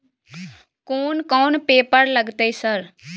कोन कौन पेपर लगतै सर?